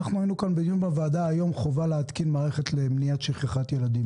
היינו בדיון בוועדה היום לגבי חובת התקנה של מערכת לשכיחת ילדים,